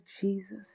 Jesus